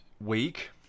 week